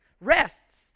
rests